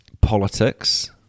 politics